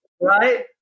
right